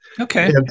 Okay